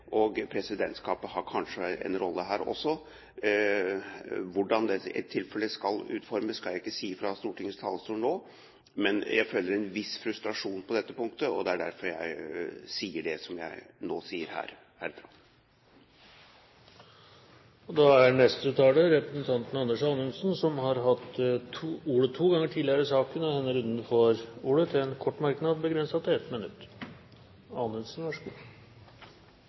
Presidentskapet har kanskje også en rolle her. Hvordan dette i tilfelle skal utformes, skal jeg ikke si fra Stortingets talerstol nå. Men jeg føler en viss frustrasjon på dette punktet, og det er derfor jeg sier det jeg nå sier herfra. Representanten Anders Anundsen har hatt ordet to ganger tidligere og får ordet til en kort merknad, begrenset til 1 minutt.